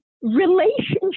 relationship